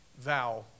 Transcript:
vow